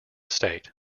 state